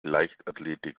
leichtathletik